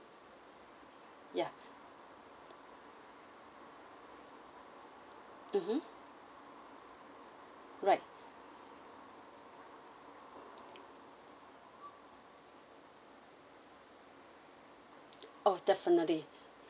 ya mmhmm right oh definitely